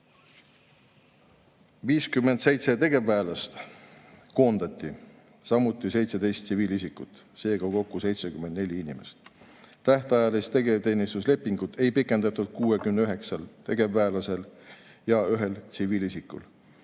57 tegevväelast koondati, samuti 17 tsiviilisikut, seega kokku 74 inimest. Tähtajalist tegevteenistuslepingut ei pikendatud 69 tegevväelasel ja ühel tsiviilisikul.